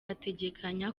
ategekanya